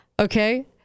Okay